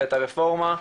ואת הרפורמה.